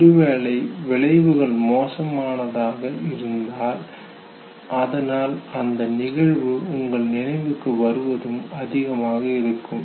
ஒருவேளை விளைவுகள் மோசமானதாக இருந்ததால் அதனால் அந்த நிகழ்வு உங்கள் நினைவுக்கு வருவதும் அதிகமாக இருக்கும்